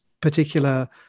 particular